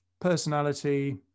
personality